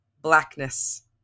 blackness